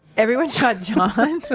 everyone shot john?